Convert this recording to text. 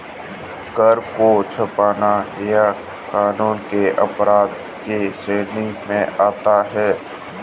कर को छुपाना यह कानून के अपराध के श्रेणी में आता है